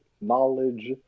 knowledge